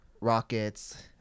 rockets